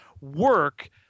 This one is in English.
work